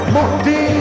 Mukti